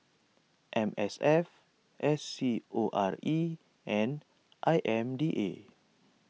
M S F S C O R E and I M D A